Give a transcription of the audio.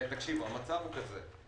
המצב הוא כזה: